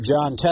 John